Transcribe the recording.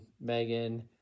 Megan